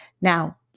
Now